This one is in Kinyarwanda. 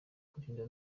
kwirinda